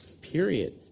Period